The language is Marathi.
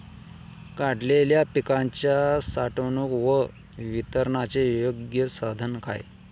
काढलेल्या पिकाच्या साठवणूक व वितरणाचे योग्य साधन काय?